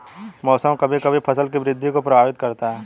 मौसम कभी कभी फसल की वृद्धि को प्रभावित करता है